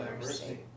mercy